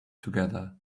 together